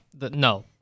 no